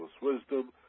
wisdom